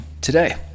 today